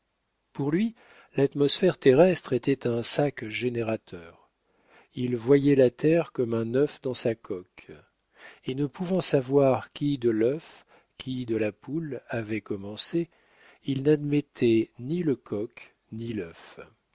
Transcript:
pour lui l'atmosphère terrestre était un sac générateur il voyait la terre comme un œuf dans sa coque et ne pouvant savoir qui de l'œuf qui de la poule avait commencé il n'admettait ni le coq ni l'œuf